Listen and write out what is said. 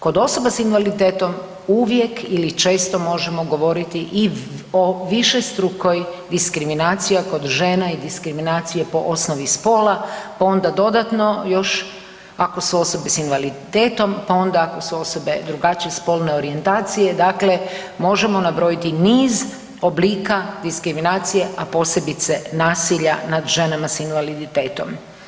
Kod osoba s invaliditetom uvijek ili često možemo govoriti o višestrukoj diskriminaciji kod žena i diskriminacije po osnovi spola, pa onda dodatno još ako su osobe s invaliditetom pa onda ako su osobe drugačije spolne orijentacije dakle možemo nabrojiti niz oblika diskriminacije, a posebice nasilja nad ženama s invaliditetom.